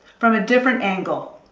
from a different angle,